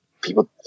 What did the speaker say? people